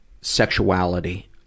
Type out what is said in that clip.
sexuality